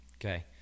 Okay